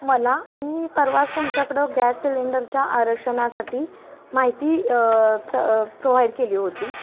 मला मी परवाच तुमच्याकडं गॅस सिलेंडरच्या आरक्षणासाठी माहिती प्र प्रोव्हाइड केली होती